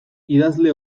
idazle